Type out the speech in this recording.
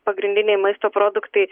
pagrindiniai maisto produktai